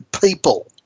people